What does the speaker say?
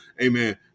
amen